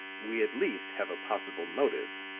we at least have a possible motive.